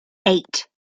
eight